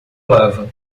lava